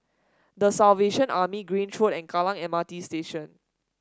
The Salvation Army Grange Road and Kallang M R T Station